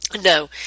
No